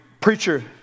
preacher